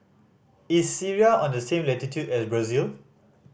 is Syria on the same latitude as Brazil